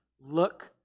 look